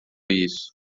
isso